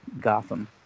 Gotham